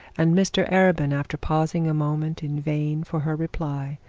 and mr arabin, after pausing a moment in vain for her reply,